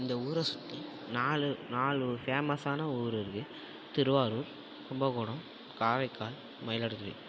இந்த ஊரை சுற்றி நாலு நாலு ஃபேமஸ்ஸான ஊர் இருக்கு திருவாரூர் கும்பகோணம் காரைக்கால் மயிலாடுதுறை